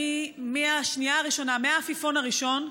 מהשנייה הראשונה, מהעפיפון הראשון,